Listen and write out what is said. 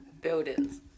buildings